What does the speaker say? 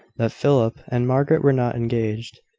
that philip and margaret were not engaged.